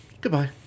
Goodbye